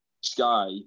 Sky